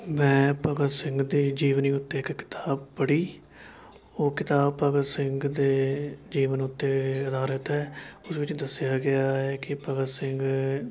ਮੈਂ ਭਗਤ ਸਿੰਘ ਦੇ ਜੀਵਨੀ ਉੱਤੇ ਇੱਕ ਕਿਤਾਬ ਪੜ੍ਹੀ ਉਹ ਕਿਤਾਬ ਭਗਤ ਸਿੰਘ ਦੇ ਜੀਵਨ ਉੱਤੇ ਅਧਾਰਿਤ ਹੈ ਉਸ ਵਿੱਚ ਦੱਸਿਆ ਗਿਆ ਹੈ ਕਿ ਭਗਤ ਸਿੰਘ